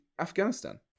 Afghanistan